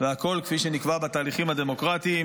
והכל כפי שנקבע בתהליכים הדמוקרטיים,